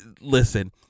listen